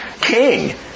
king